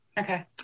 Okay